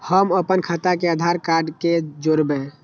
हम अपन खाता के आधार कार्ड के जोरैब?